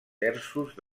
terços